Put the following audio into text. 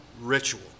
ritual